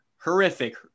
horrific